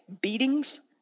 beatings